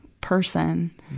person